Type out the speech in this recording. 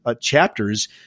chapters